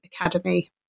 Academy